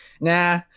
nah